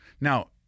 Now